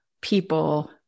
people